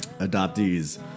adoptees